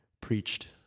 Preached